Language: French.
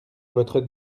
votre